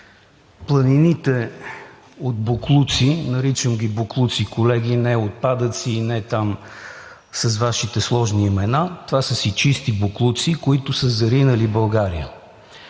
планините от боклуци, наричам ги боклуци, колеги, не отпадъци и не там с Вашите сложни имена. Това са си чисти боклуци, които са заринали България,